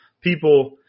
people